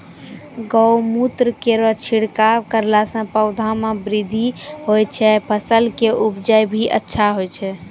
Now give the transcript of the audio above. गौमूत्र केरो छिड़काव करला से पौधा मे बृद्धि होय छै फसल के उपजे भी अच्छा होय छै?